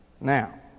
Now